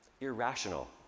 irrational